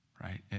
right